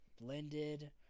blended